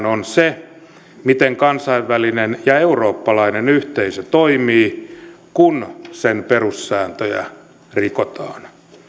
on se miten kansainvälinen ja eurooppalainen yhteisö toimii kun sen perussääntöjä rikotaan